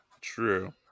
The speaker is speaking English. true